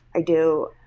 i do.